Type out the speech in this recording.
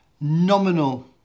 nominal